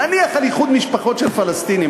נניח על איחוד משפחות של פלסטינים,